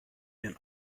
den